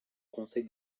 conseil